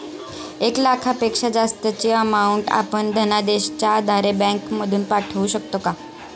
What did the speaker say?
एक लाखापेक्षा जास्तची अमाउंट आपण धनादेशच्या आधारे बँक मधून पाठवू शकतो का?